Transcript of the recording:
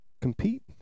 Compete